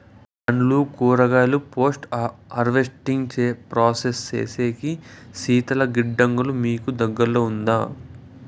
పండ్లు కూరగాయలు post harvesting process సేసేకి శీతల గిడ్డంగులు మీకు దగ్గర్లో ఉందా?